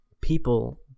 people